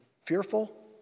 fearful